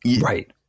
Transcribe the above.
Right